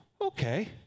okay